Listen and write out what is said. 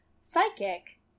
psychic